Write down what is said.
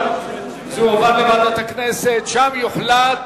זה יועבר לוועדת הכנסת, שם יוחלט